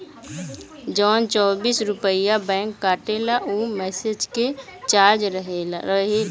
जवन चौबीस रुपइया बैंक काटेला ऊ मैसेज के चार्ज रहेला